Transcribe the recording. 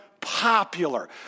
popular